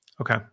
okay